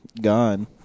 gone